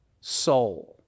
soul